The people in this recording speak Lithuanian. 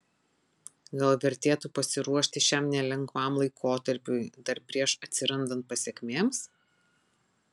gal vertėtų pasiruošti šiam nelengvam laikotarpiui dar prieš atsirandant pasekmėms